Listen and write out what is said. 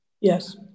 Yes